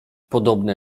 podobne